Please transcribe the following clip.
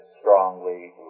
strongly